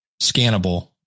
scannable